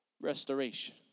restoration